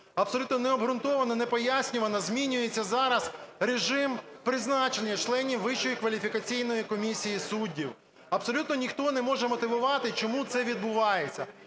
Абсолютно необґрунтовано, непояснювано змінюється зараз режим призначення членів Вищої кваліфікаційної комісії суддів. Абсолютно ніхто не може мотивувати, чому це відбувається.